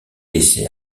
laissé